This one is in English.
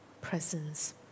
presence